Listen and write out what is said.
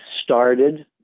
started